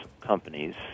companies